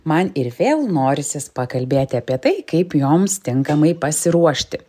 man ir vėl norisis pakalbėti apie tai kaip joms tinkamai pasiruošti